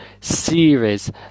series